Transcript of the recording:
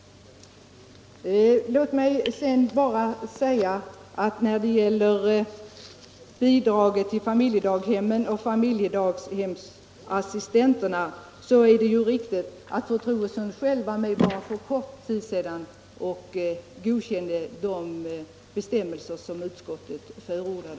När det gäller bidraget till familjedaghemmen och till familjedaghemsassistenterna har fru Troedsson för kort tid sedan själv varit med om att godkänna de bestämmelser som utskottet förordar.